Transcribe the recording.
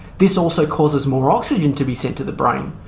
this also causes more oxygen to be sent to the brain,